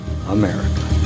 America